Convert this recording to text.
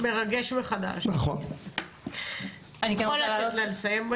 אני כן רוצה לתת לה לסיים.